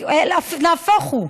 נהפוך הוא,